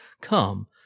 Come